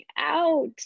out